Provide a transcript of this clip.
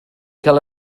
cael